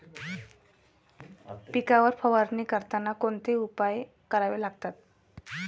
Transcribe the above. पिकांवर फवारणी करताना कोणते उपाय करावे लागतात?